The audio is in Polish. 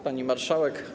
Pani Marszałek!